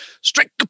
strike